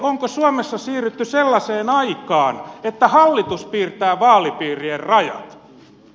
onko suomessa siirrytty sellaiseen aikaan että hallitus piirtää vaalipiirien rajat